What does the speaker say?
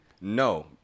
No